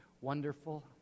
wonderful